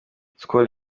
skol